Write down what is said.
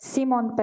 Simon